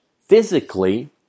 physically